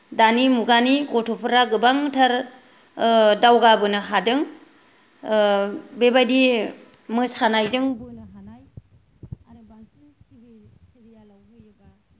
दानि मुगानि गथ'फोरा गोबांथार दावगाबोनो हादों बेबायदि मोसानायजों बोनो हानाय आरो बांसिन तिभि सिरियेलाव होयोबा